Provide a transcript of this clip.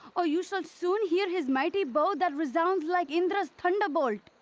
or you shall soon hear his mighty bow that resounds like indra's thunderbolt!